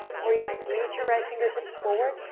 or you might reach your right fingertips forward,